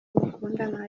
mukundana